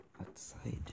outside